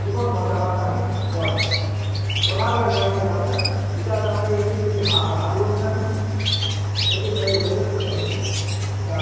ଜୀବନ୍ ବଞ୍ଚାଇବା ଟା ହିଁ ବଡ଼ ହେଁ ସଦାବେଲେ ଲାଇନ୍ କେ କାମ୍ ରେ ଇଟା ତାପମାନେ ଏଥିର୍ ହା ହାତୁରୁଟି ନାଇଁ ନ ସେଥିର୍ ଲାଗି ବୋଲିକରି ମୁଇଁ ତମକୁ ଇଟା